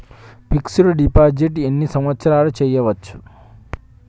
Fix డ్ deposit ఎన్ని సంవత్సరాలు చేయచ్చు?